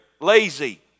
lazy